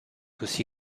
aussi